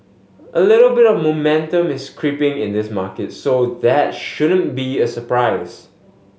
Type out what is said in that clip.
a little bit of momentum is creeping in this market so that shouldn't be a surprise